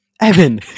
Evan